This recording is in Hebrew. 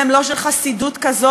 והם לא של חסידות כזאת,